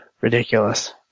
ridiculous